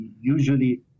usually